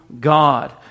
God